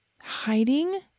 hiding